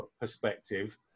perspective